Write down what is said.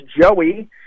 Joey